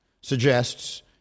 suggests